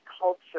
culture